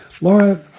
Laura